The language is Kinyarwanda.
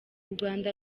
rwanda